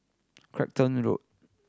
Clacton Road